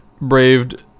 braved